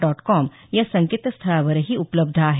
dot com या संकेतस्थळावरही उपलब्ध आहे